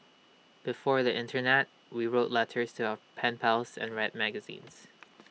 before the Internet we wrote letters to our pen pals and read magazines